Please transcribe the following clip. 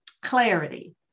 Clarity